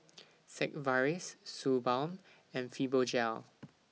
Sigvaris Suu Balm and Fibogel